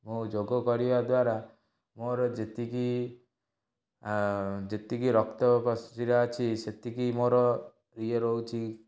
ମୁଁ ଯୋଗ କରିବା ଦ୍ଵାରା ମୋର ଯେତିକି ଯେତିକି ରକ୍ତ ପ୍ରଶିରା ଅଛି ସେତିକି ମୋର ଇଏ ରହୁଛି